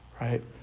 right